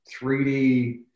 3D